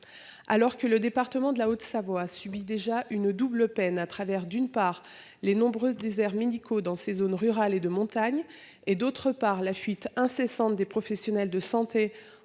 Alors que le département de la Haute-Savoie subit déjà une double peine à travers d'une part les nombreuses déserts médicaux dans ces zones rurales et de montagne et d'autre part la fuite incessante des professionnels de santé